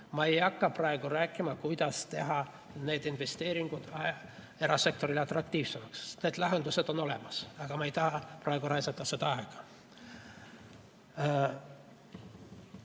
Ma ei hakka praegu rääkima, kuidas teha neid investeeringuid erasektorile atraktiivsemaks. Need lahendused on olemas, aga ma ei taha praegu sellele aega